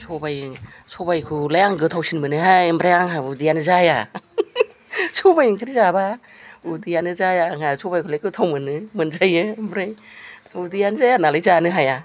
सबाइखौलाय आं गोथावसिन मोनोहाय ओमफ्राय आंहा उदैयानो जाया सबाइ ओंख्रि जाबा उदैयानो जाया आंनिया सबाइ ओंख्रिखौलाय गोथाव मोनो मोनजायो ओमफ्राय उदैयानो जाया नालाय जानो हाया